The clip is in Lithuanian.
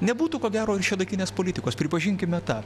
nebūtų ko gero ir šiuolaikinės politikos pripažinkime tą